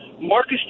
Marcus